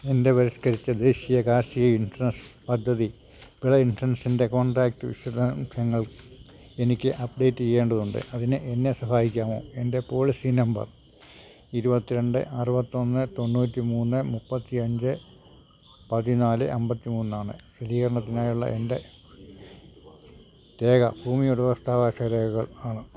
എൻ്റെ പരിഷ്കരിച്ച ദേശീയ കാർഷിക ഇൻഷറൻസ് പദ്ധതി വിള ഇൻഷറൻസിൻ്റെ കോൺട്രാക്റ്റ് വിശദാംശങ്ങൾ എനിക്ക് അപ്ഡേറ്റ് ചെയ്യേണ്ടതുണ്ട് അതിനെന്നെ സഹായിക്കാമോ എൻ്റെ പോളിസി നമ്പർ ഇരുപത്തിരണ്ട് അറുപത്തിയൊന്ന് തൊണ്ണൂറ്റി മൂന്ന് മുപ്പത്തിയഞ്ച് പതിന്നാല് അമ്പത്തിമൂന്നാണ് സ്ഥിരീകരണത്തിനായുള്ള എൻ്റെ രേഖ ഭൂമി ഉടമസ്ഥാവകാശ രേഖകളാണ്